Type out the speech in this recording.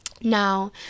Now